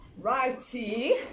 Righty